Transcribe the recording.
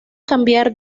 cambiar